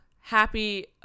happy